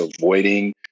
avoiding